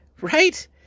Right